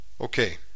Okay